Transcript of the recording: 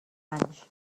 anys